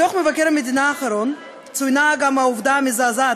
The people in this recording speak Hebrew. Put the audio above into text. בדוח מבקר המדינה האחרון צוינה גם העובדה המזעזעת